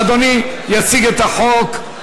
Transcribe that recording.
אדוני יציג את החוק,